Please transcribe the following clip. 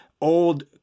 old